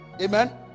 amen